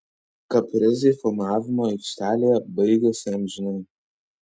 kaprizai filmavimo aikštelėje baigėsi amžinai